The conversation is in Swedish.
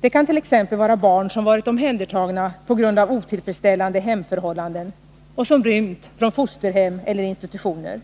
Det kan t.ex. vara barn som varit omhändertagna på grund av otillfredsställande hemförhållanden och som rymt från fosterhem eller institutioner.